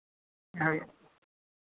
ᱦᱳᱭ